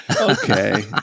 Okay